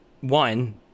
one